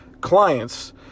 clients